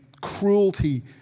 cruelty